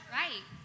right